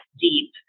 deep